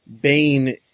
Bane